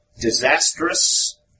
disastrous